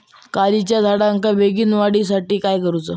काजीच्या झाडाच्या बेगीन वाढी साठी काय करूचा?